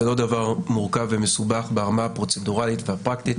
זה דבר מורכב ומסובך ברמה הפרוצדורלית והפרקטית,